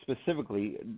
specifically